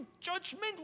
judgment